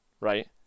right